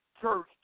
Church